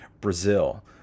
Brazil